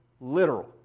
literal